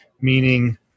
Meaning